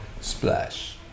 splash